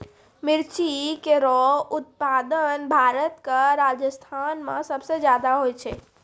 मिर्ची केरो उत्पादन भारत क राजस्थान म सबसे जादा होय छै